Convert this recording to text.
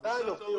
עדיין עובדות,